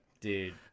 Dude